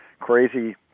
crazy